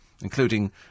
including